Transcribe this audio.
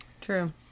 true